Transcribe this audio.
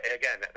again